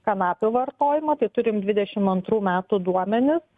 kanapių vartojimą tai turim dvidešim antrų metų duomenis